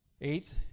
Eighth